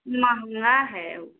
महँगा है ऊ